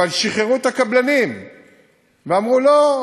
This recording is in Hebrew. אבל שחררו את הקבלנים ואמרו: לא,